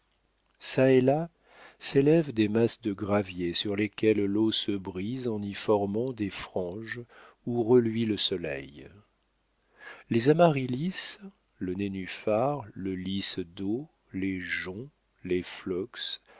çà et là s'élèvent des masses de gravier sur lesquelles l'eau se brise en y formant des franges où reluit le soleil les amaryllis le nénuphar le lys d'eau les joncs les flox